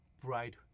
bright